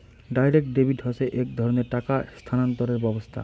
direct debit হসে এক ধরণের টাকা স্থানান্তরের ব্যবস্থা